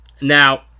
now